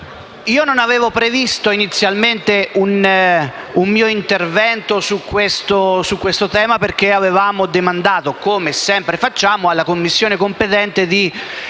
non avevo previsto un mio intervento su questo tema perché avevamo demandato, come sempre facciamo, alla Commissione competente il